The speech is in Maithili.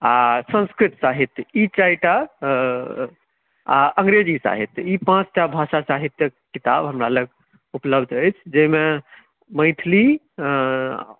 आ संस्कृत साहित्य ई चारि टा आ अंग्रेजी साहित्य ई पाँच टा भाषा साहित्यक किताब हमरा लग उपलब्ध अछि जाहिमे मैथिली